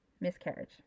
miscarriage